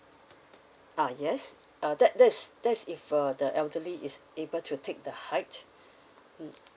uh yes uh that there's there's if uh the elderly is able to take the height mm